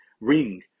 ring